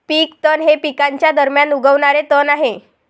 पीक तण हे पिकांच्या दरम्यान उगवणारे तण आहे